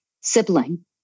sibling